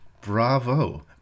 bravo